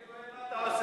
אני רואה מה אתה עושה.